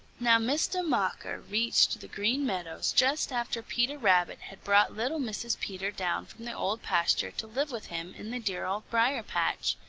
now mistah mocker reached the green meadows just after peter rabbit had brought little mrs. peter down from the old pasture to live with him in the dear old briar-patch.